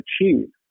achieve